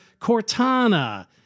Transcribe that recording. Cortana